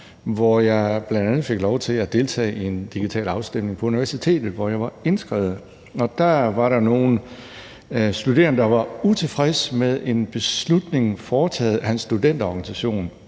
hvor jeg bl.a. fik lov til at deltage i en digital afstemning på universitetet, hvor jeg var indskrevet. Der var der nogle studerende, der var utilfredse med en beslutning foretaget af en studenterorganisation,